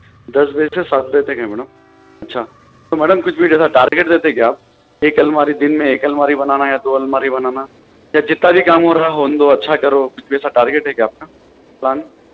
دس بجے سے سات بجے تک ہے میڈم اچھا تو میڈم کچھ بھی جیسا ٹارگیٹ دیتے کیا ایک الماری دن میں ایک الماری بنانا یا دو الماری بنانا یا جتنا بھی کام ہو رہا ہے ہونے دو اچھا کرو کچھ بھی ایسا ٹارگیٹ ہے کیا آپ کا پلان